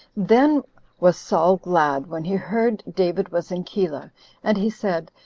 then was saul glad when he heard david was in keilah and he said,